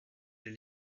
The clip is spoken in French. est